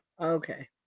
Okay